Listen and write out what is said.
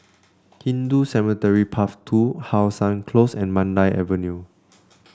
Hindu Cemetery Path Two How Sun Close and Mandai Avenue